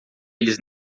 eles